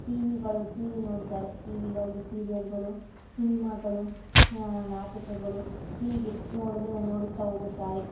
T ವಿಗಳು TV ನೋಡುತ್ತಾರೆ ಟಿ ವಿಗಳಲ್ಲಿ ಸೀರಿಯಲ್ಗಳು ಸಿನಿಮಾಗಳು ನಾಟಕಗಳು ಹೀಗೆ ನೋಡಲು ನೋಡುತ್ತಾ ಹೋಗುತ್ತಾರೆ